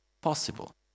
possible